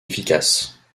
efficaces